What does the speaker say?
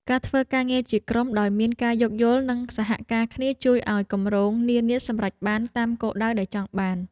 ការធ្វើការងារជាក្រុមដោយមានការយោគយល់និងសហការគ្នា ជួយឱ្យគម្រោងនានាសម្រេចបានតាមគោលដៅដែលចង់បាន។